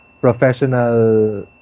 professional